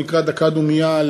שנקרא "דקה דומייה",